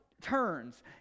turns